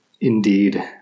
Indeed